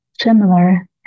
similar